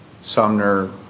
Sumner